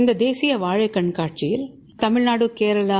இந்த தேசிய வாழை கண்காட்சிபில் தமிழ்நாடு கேரளா